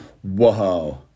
Whoa